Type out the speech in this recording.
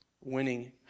Winning